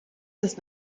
does